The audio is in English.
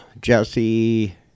Jesse